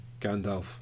Gandalf